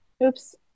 Oops